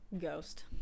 Ghost